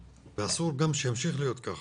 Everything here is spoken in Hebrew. ואסור גם שימשיך להיות כך.